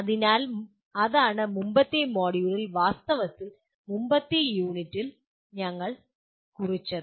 അതിനാൽ അതാണ് മുമ്പത്തെ മൊഡ്യൂളിൽ വാസ്തവത്തിൽ മുമ്പത്തെ യൂണിറ്റിൽ ഞങ്ങൾ കുറിച്ചത്